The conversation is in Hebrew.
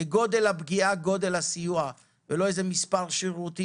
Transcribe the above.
כגודל הפגיעה גודל הסיוע ולא סתם מספר שרירותי